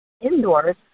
indoors